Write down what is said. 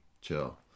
chill